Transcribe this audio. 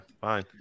fine